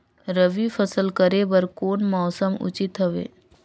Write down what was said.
रबी फसल करे बर कोन मौसम उचित हवे?